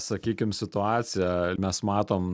sakykim situaciją mes matom